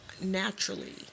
naturally